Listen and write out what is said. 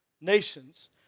nations